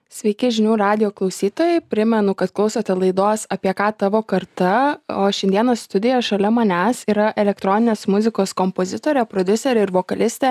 sveiki žinių radijo klausytojai primenu kad klausote laidos apie ką tavo karta o šiandieną studijoj šalia manęs yra elektroninės muzikos kompozitorė prodiuserė ir vokalistė